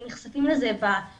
הם נחשפים לזה בטלוויזיה,